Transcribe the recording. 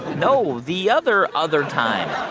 no, the other other time